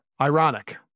ironic